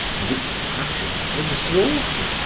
and its passions exalted,